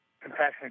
Compassionate